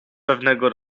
pewnego